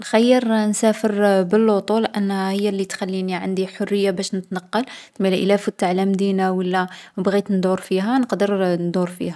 نخيّر نسافر باللوطو لأنها هي لي تخليني عندي حرية باش نتنقّل. مالا إلا فت على مدينة و لا بغيت ندور فيها نقدر ندور فيها.